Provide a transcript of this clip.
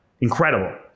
incredible